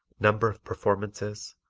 number of performances,